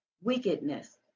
Wickedness